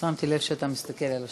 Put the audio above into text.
שמתי לב שאתה מסתכל על השעון.